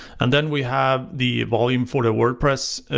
and then we have the volume for the wordpress